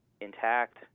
intact